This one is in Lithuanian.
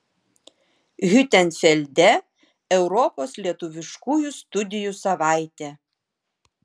hiutenfelde europos lietuviškųjų studijų savaitė